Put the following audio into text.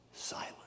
silent